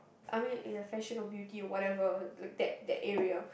I mean ya fashion or beauty whatever like that that area